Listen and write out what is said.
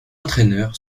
entraîneur